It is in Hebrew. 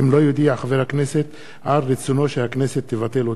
אם לא יודיע חבר הכנסת על רצונו שהכנסת תבטל אותה.